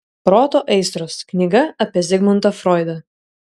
proto aistros knyga apie zigmundą froidą